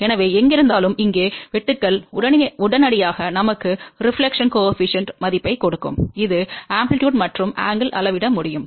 எனவே எங்கிருந்தாலும் இங்கே வெட்டுக்கள் உடனடியாக நமக்கு பிரதிபலிப்பு குணக மதிப்பைக் கொடுக்கும் இது வீச்சு மற்றும் கோணத்தை அளவிட முடியும்